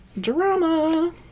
drama